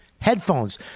headphones